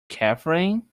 catherine